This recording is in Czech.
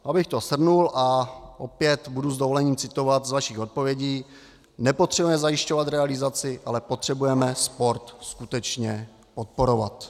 Abych to shrnul a opět budu s dovolením citovat z vašich odpovědí: nepotřebujeme zajišťovat realizaci, ale potřebujeme sport skutečně podporovat.